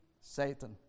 Satan